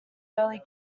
early